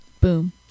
Boom